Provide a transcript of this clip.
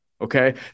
Okay